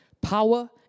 power